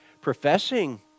professing